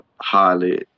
highly